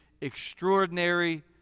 extraordinary